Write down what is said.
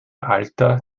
alter